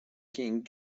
king